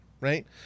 right